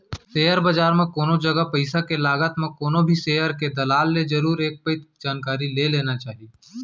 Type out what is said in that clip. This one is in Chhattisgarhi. सेयर बजार म कोनो जगा पइसा के लगात म कोनो भी सेयर के दलाल ले जरुर एक पइत जानकारी ले लेना चाही